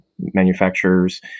manufacturers